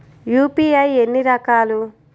UPI ఎన్ని రకాలు?